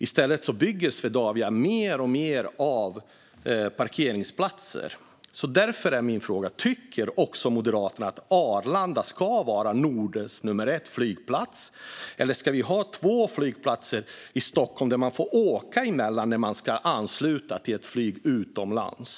I stället bygger Swedavia mer och mer parkeringsplatser. Därför är min fråga: Tycker Moderaterna också att Arlanda ska vara Nordens flygplats nummer ett, eller ska vi ha två flygplatser i Stockholm som man får åka emellan när man ska ansluta till ett flyg utomlands?